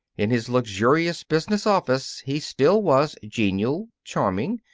in his luxurious business office he still was genial, charming,